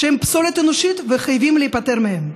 שהם פסולת אנושית וחייבים להיפטר מהם.